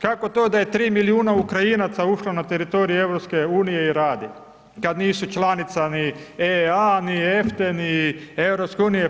Kako to da je 3 milijuna Ukrajinaca ušlo na teritorij EU i radi kada nisu članica ni EA, ni EFTA-e ni EU,